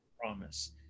promise